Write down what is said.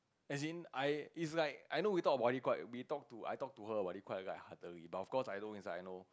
as in I it's like I know we talk about it quite we talk to I talk to her about it quite lightheartedly but of course I know inside I know